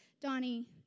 Donnie